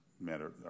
matter